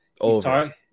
Over